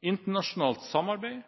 internasjonalt samarbeid,